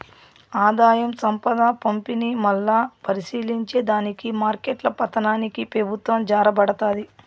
ఆదాయం, సంపద పంపిణీ, మల్లా పరిశీలించే దానికి మార్కెట్ల పతనానికి పెబుత్వం జారబడతాది